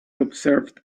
observed